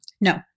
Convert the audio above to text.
No